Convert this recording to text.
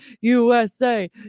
USA